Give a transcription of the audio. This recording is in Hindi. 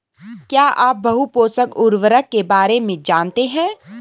क्या आप बहुपोषक उर्वरक के बारे में जानते हैं?